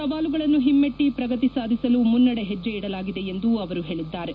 ಸವಾಲುಗಳನ್ನು ಹಿಮ್ಮೆಟ್ಟಿ ಪ್ರಗತಿ ಸಾಧಿಸಲು ಮುನ್ನಡೆ ಹೆಜ್ಜೆ ಇಡಲಾಗಿದೆ ಎಂದು ಅವರು ಹೇಳಿದ್ದಾರೆ